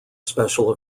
special